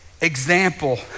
example